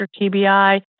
TBI